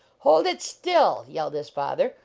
hold it still! yelled his father,